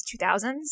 2000s